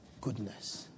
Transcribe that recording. Goodness